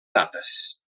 dates